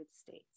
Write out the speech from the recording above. States